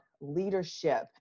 leadership